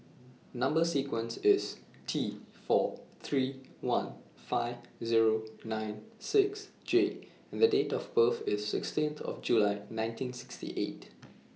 Number sequence IS T four three one five Zero nine six J and Date of birth IS sixteen of July nineteen sixty eight